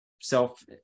self